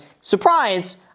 surprise